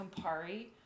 Campari